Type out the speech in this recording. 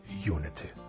unity